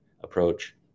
approach